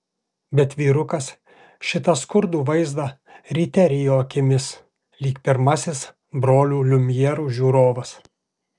bet vyrukas šitą skurdų vaizdą ryte rijo akimis lyg pirmasis brolių liumjerų žiūrovas